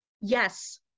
Yes